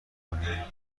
کنی